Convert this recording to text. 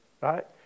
right